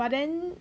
but then